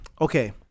Okay